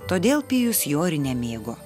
todėl pijus jo ir nemėgo